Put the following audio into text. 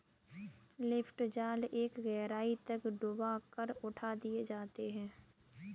lift जाल एक गहराई तक डूबा कर उठा दिए जाते हैं